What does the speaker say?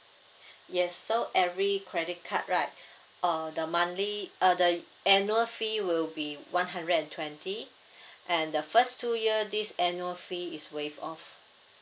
yes so every credit card right uh the monthly uh the annual fee will be one hundred and twenty and the first two year this annual fee is waive off